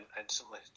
instantly